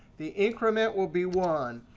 the increment will be one.